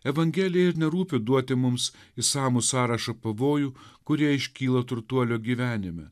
evangelijai ir nerūpi duoti mums išsamų sąrašą pavojų kurie iškyla turtuolio gyvenime